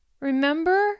Remember